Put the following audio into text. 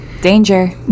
Danger